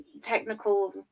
Technical